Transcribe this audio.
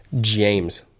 James